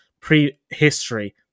pre-history